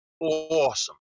Awesome